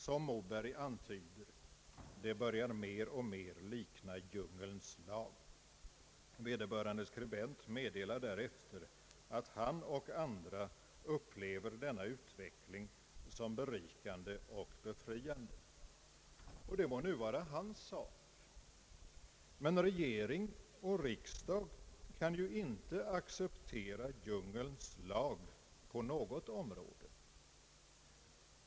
Som Moberg antyder: det börjar mer och mer likna djungelns lag.” Vederbörande skribent meddelar därefter att han och andra upplever denna utveckling som berikande och befriande. Det må nu vara en sak, men regering och riksdag kan inte acceptera djungelns lag på något område.